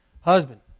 Husband